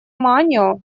манио